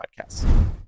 podcasts